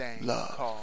love